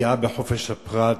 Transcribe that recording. פגיעה בחופש הפרט,